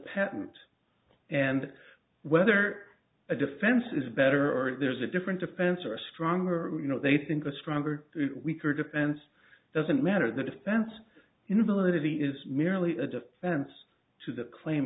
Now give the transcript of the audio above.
patent and whether a defense is better or there's a different defense or a stronger you know they think a stronger weaker defense doesn't matter the defense inability is merely a defense to the claim